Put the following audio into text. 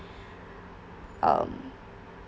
um